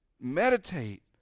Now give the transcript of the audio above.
meditate